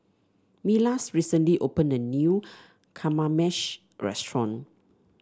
Milas recently opened a new Kamameshi Restaurant